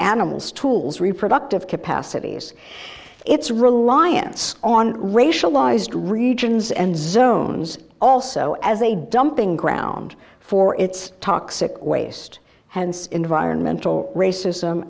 animals tools reproductive capacities it's reliance on racialized regions and zones also as a dumping ground for its toxic waste and environmental racism